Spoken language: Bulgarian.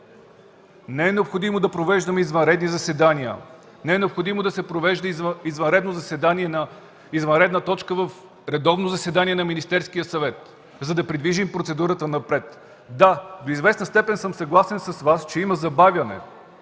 Не е необходимо да провеждаме извънредни заседания, не е необходимо да се включва извънредна точка в редовно заседание на Министерския съвет, за да придвижим процедурата напред. Да, до известна степен съм съгласен с Вас, че има забавяне